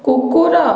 କୁକୁର